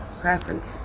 preference